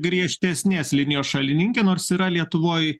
griežtesnės linijos šalininkė nors yra lietuvoj